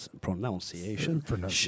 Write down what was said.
pronunciation